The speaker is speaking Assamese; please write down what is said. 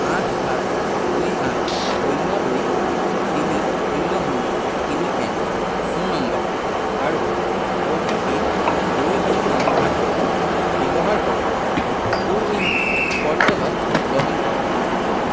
আঠ সাত দুই আঠ শূন্য দুই তিনি শূন্য শূন্য তিনি এক ফোন নম্বৰ আৰু অ' টি পি দুই শূন্য সাত দুই ব্যৱহাৰ কৰি কোৱিন প'ৰ্টেলত লগ ইন কৰক